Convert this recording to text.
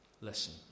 listen